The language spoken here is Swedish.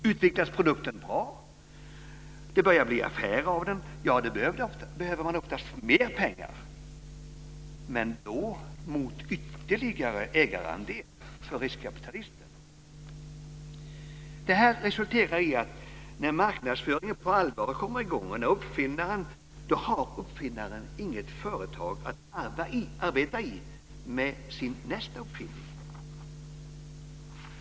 Utvecklas produkten bra och det börjar bli affär av den, ja, då behövs oftast mer pengar - men då mot ytterligare ägarandel för riskkapitalisten. Det här resulterar i att när marknadsföringen på allvar kommer i gång har uppfinnaren inget företag att arbeta i med sin nästa uppfinning.